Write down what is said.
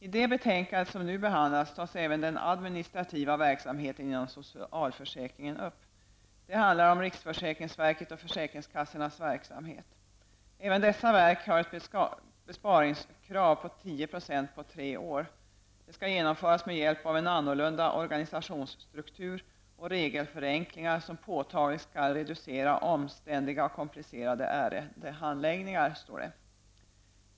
I det betänkande som nu behandlas tas även den administrativa verksamheten inom socialförsäkringen upp. Det handlar om riksförsäkringsverkets och försäkringskassornas verksamhet. Även dessa har ett besparingskrav på 10 % på tre år. Detta skall genomföras med hjälp av en annan organisationsstruktur och regelförenklingar som påtagligt skall reducera omständliga och komplicerade ärendehandläggningar.